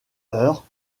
heure